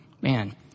man